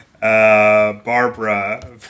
Barbara